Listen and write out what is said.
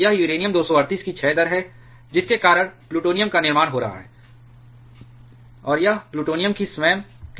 यह यूरेनियम 238 की क्षय दर है जिसके कारण प्लूटोनियम का निर्माण हो रहा है और यह प्लूटोनियम की स्वयं की क्षय दर है